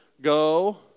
go